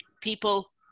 people